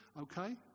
Okay